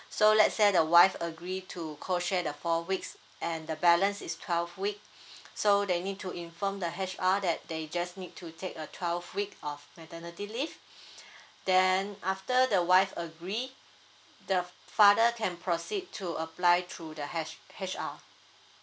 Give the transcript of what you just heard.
so let's say the wife agree to co share the four weeks and the balance is twelve week so they need to inform the H_R that they just need to take a twelve week of maternity leave then after the wife agree the f~ father can proceed to apply through the H H_R